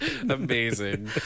amazing